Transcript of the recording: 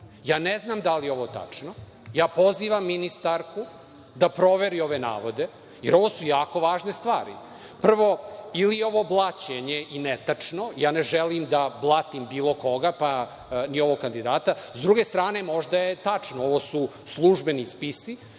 Ne znam da li je ovo tačno. Pozivam ministarku da proveri ove navode, jer ovo su jako važne stvari. Prvo, ili je ovo blaćenje i netačno. Ne želim da blatim bilo koga, pa ni ovog kandidata. S druge strane, možda je tačno. Ovo su službeni spisi.